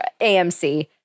AMC